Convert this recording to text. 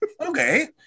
Okay